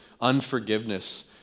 unforgiveness